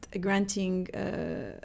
granting